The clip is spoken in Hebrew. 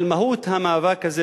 של מהות המאבק הזה,